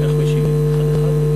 איך משיבים, אחד-אחד?